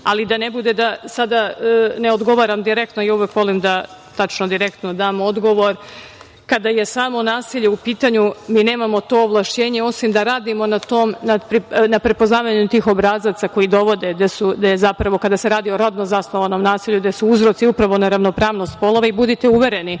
ne bude da sada ne odgovaram direktno i uvek volim da tačno direktno dam odgovor, kada je samo nasilje u pitanju mi nemamo to ovlašćenje osim da radimo na tom, na prepoznavanju tih obrazaca koji dovode, gde je zapravo kada se radi o rodno zasnovanom nasilju, gde su uzroci upravo neravnopravnost polova, budite uvereni